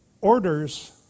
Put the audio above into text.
Orders